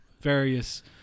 various